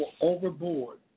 overboard